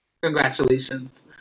congratulations